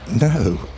No